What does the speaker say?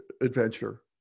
adventure